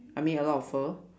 I mean a lot of fur